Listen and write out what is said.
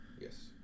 Yes